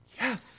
Yes